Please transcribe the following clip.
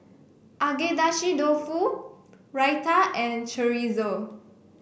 Agedashi Dofu Raita and Chorizo